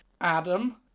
Adam